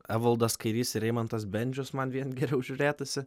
evaldas kairys ir eimantas bendžius man vien geriau žiūrėtųsi